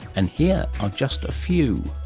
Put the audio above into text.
and here are just a few.